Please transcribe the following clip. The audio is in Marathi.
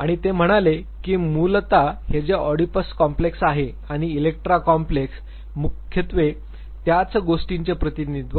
आणि ते म्हणाले की मूलतः हे जे ऑडिपस कॉम्प्लेक्स आहे आणि इलेक्ट्रा कॉम्प्लेक्स मुख्यत्वे त्याच गोष्टीचे प्रतिनिधित्व करते